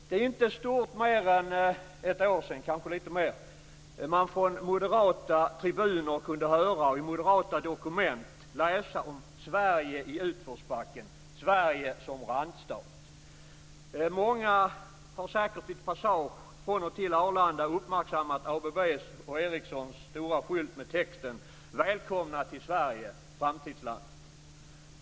Det är inte stort mer än ett år sedan man från moderata tribuner kunde höra och i moderata dokument läsa om "Sverige i utförsbacken", "Sverige som randstat". Många har säkert vid passage från och till Arlanda uppmärksammat ABB:s och Ericssons skylt med texten: "Välkomna till Sverige - framtidslandet".